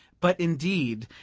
but, indeed,